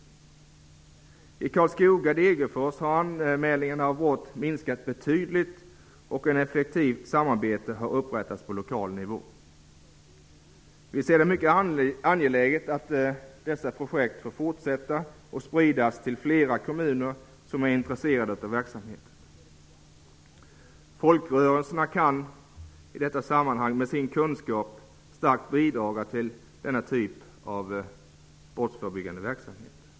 I Karlskoga och Degerfors har anmälningarna om brott minskat betydligt och ett effektivt samarbete har upprättats på lokal nivå. Vi anser att det är mycket angeläget att dessa projekt får fortsätta och att de sprids till andra kommuner som är intresserade av verksamheten. Folkrörelserna kan bidra med kunskap till denna typ av brottsförebyggande verksamhet.